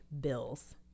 bills